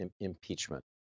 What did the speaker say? impeachment